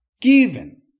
given